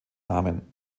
namen